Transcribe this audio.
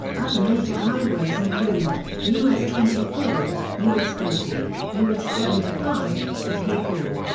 other major highways include us twenty four, us forty, us seventy five, and k four.